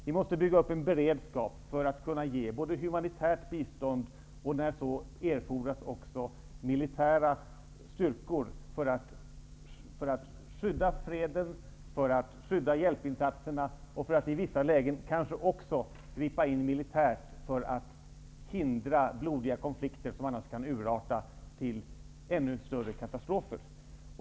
Vi måste bygga upp en beredskap för att både kunna ge humanitärt bistånd och, när så erfordras, också bidra med militära styrkor för att skydda freden, för att skydda hjälpinsatserna och för att i vissa lägen kanske också gripa in militärt för att hindra blodiga konflikter som annars kan urarta till ännu större katastrofer.